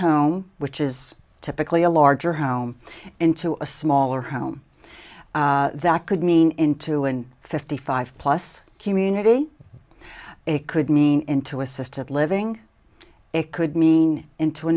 home which is typically a larger house into a smaller home that could mean in two and fifty five plus community it could mean into assisted living it could mean into a